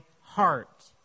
heart